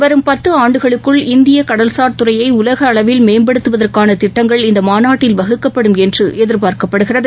வரும் பத்துஆண்டுகளுக்குள் இந்தியகடல்சாா் துறையைஉலகஅளவில் மேம்படுத்துவதற்கானதிட்டங்கள் இந்தமாநாட்டில் வகுக்கப்படும் என்றுஎதிர்பார்க்கப்படுகிறது